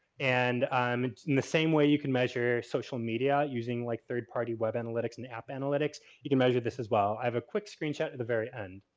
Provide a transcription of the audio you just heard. and um in the same way you can measure social media. using like third-party web analytics and app analytics you can measure this as well. i have a quick screenshot at the very end.